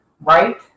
Right